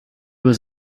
was